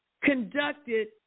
conducted